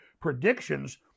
predictions